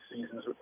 season's